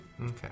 Okay